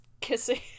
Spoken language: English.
kissing